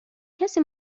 کسی